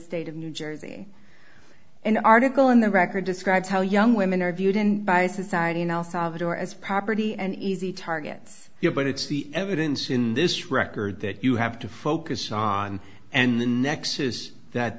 state of new jersey and an article in the record describes how young women are viewed in by society in el salvador as property and easy targets here but it's the evidence in this record that you have to focus on and the next is that